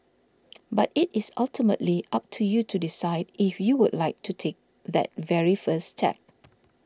but it is ultimately up to you to decide if you would like to take that very first step